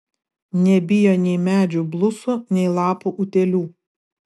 nebijo nei medžių blusų nei lapų utėlių